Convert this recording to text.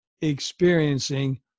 experiencing